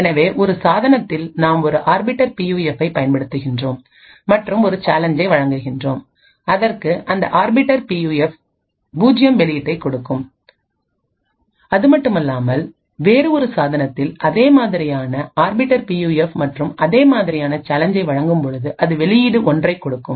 எனவே ஒரு சாதனத்தில் நாம் ஒரு ஆர்பிட்டர் பி யூஎஃப்பை பயன்படுத்துகின்றோம் மற்றும் ஒரு சேலஞ்சை வழங்குகின்றோம் அதற்கு அந்த ஆர்பிட்டர் பி யூஎஃப் 0 வெளியீட்டைக் கொடுக்கும் அதுமட்டுமல்லாமல் வேறு ஒரு சாதனத்தில் அதே மாதிரியான ஆர்பிட்டர் பி யூஎஃப்மற்றும் அதே மாதிரியான சேலஞ்சை வழங்கும் பொழுது அது வெளியீடு ஒன்றைக் கொடுக்கும்